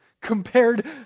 compared